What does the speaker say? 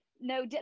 no